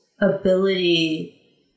ability